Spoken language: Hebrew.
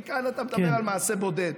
וכאן אתה מדבר על מעשה בודד.